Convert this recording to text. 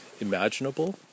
imaginable